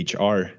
HR